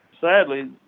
Sadly